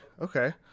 Okay